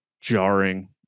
jarring